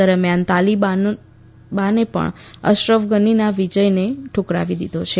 દરમિયાન તાલીબાને પણ અશરફ ધાનીના વિજયને ઠુકરાવી દીધો છે